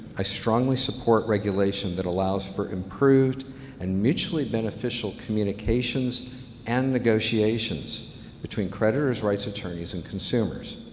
i strongly support regulation that allows for improved and mutually beneficial communications and negotiations between creditors' rights attorneys and consumers.